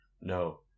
No